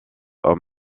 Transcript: aux